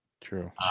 True